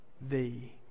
thee